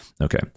Okay